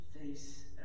face